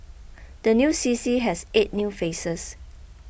the new C C has eight new faces